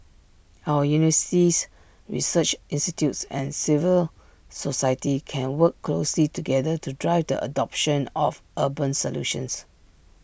our universities research institutes and civil society can work closely together to drive the adoption of urban solutions